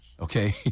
okay